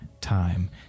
time